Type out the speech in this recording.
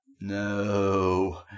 no